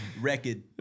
Record